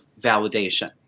validation